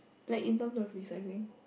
like in terms of recycling